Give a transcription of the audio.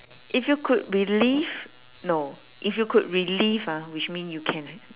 if you could believe no if you could relive ah which mean you can